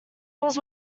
was